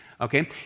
Okay